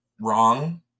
wrong